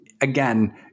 again